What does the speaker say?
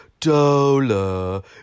Dola